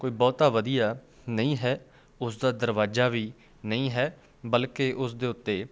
ਕੋਈ ਬਹੁਤਾ ਵਧੀਆ ਨਹੀਂ ਹੈ ਉਸ ਦਾ ਦਰਵਾਜ਼ਾ ਵੀ ਨਹੀਂ ਹੈ ਬਲਕਿ ਉਸ ਦੇ ਉੱਤੇ